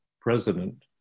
president